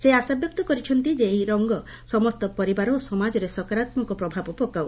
ସେ ଆଶାବ୍ୟକ୍ତ କରିଛନ୍ତି ଯେ ଏହି ରଙ୍ଗ ସମସ୍ତ ପରିବାର ଓ ସମାଜରେ ସକାରାତ୍ମକ ପ୍ରଭାବ ପକାଉ